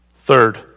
Third